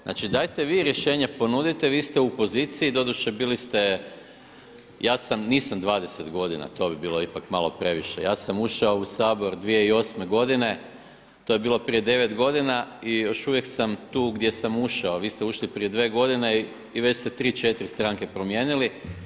Znači dajte vi rješenje ponudite, vi ste u poziciji, doduše bili ste, nisam 20 godina, to bi bilo ipak malo previše, ja sam ušao u Sabor 2008. godine, to je bilo prije 9 godina i još uvijek sam tu gdje sam ušao, vi ste ušli prije 2 godine i već ste 3, 4 stranke promijenili.